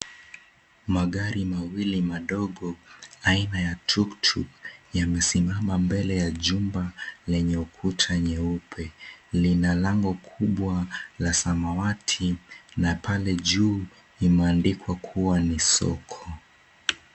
Magari mawili madogo aina ya tuktuk yamesimama mbele ya jumba lenye ukuta nyeupe. Lina lango kubwa la samawati na pale juu, imeandikwa kuwa ni soko.